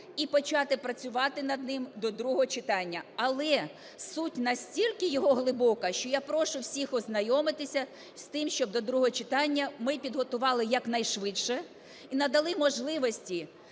і почати працювати над ним до другого читання. Але суть настільки його глибока, що я прошу всіх ознайомитися з тим, щоб до другого читання ми підготували якнайшвидше і надали можливості